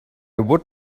would